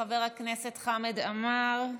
חבר הכנסת חמד עמאר,